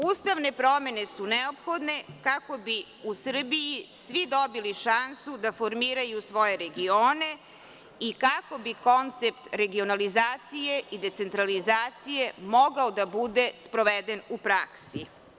Ustavne promene su neophodne kako bi u Srbiji svi dobili šansu da formiraju svoje regione i kako bi koncept regionalizacije i decentralizacije mogao da bude sproveden u praksi.